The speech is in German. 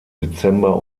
dezember